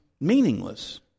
meaningless